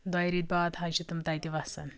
دۄیہِ رٮ۪تہِ باد حظ چھِ تِم تَتہِ وَسان